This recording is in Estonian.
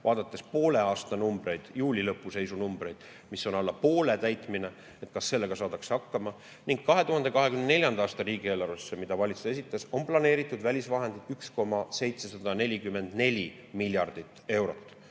Vaadates poole aasta numbreid, juuli lõpu seisu numbreid, me näeme, et täitmine on alla poole. Nii et kas sellega saadakse hakkama? 2024. aasta riigieelarvesse, mille valitsus esitas, on planeeritud välisvahendeid 1,744 miljardit eurot.